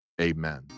amen